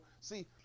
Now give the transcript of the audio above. see